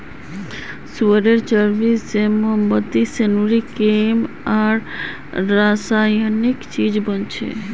सुअरेर चर्बी से मोमबत्ती, सेविंग क्रीम आर रासायनिक चीज़ बनोह